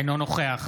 אינו נוכח